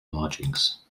lodgings